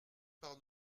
par